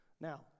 Now